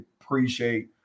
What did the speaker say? appreciate